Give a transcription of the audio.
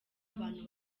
abantu